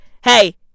Hey